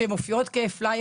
קיבלתי גם וקיבלנו כולנו בשבוע